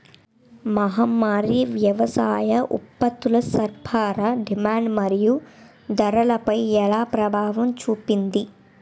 మహమ్మారి వ్యవసాయ ఉత్పత్తుల సరఫరా డిమాండ్ మరియు ధరలపై ఎలా ప్రభావం చూపింది?